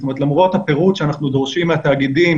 למרות הפירוט שאנחנו דורשים מהתאגידים